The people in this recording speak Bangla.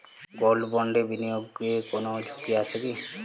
গোল্ড বন্ডে বিনিয়োগে কোন ঝুঁকি আছে কি?